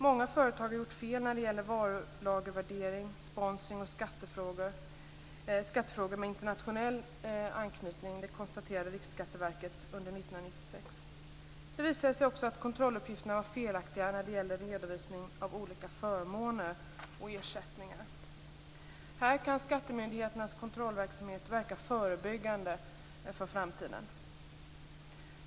Många företag har gjort fel när det gäller varulagervärdering, sponsring och skattefrågor med internationell anknytning. Detta konstaterade Riksskatteverket under 1996. Det visade sig också att kontrolluppgifterna var felaktiga när det gällde redovisning av olika förmåner och ersättningar. Här kan skattemyndigheternas kontrollverksamhet verka förebyggande för framtiden.